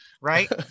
Right